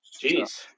Jeez